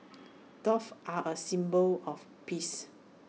doves are A symbol of peace